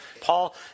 Paul